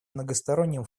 многосторонним